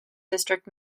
district